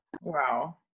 Wow